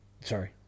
sorry